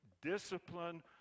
discipline